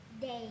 Day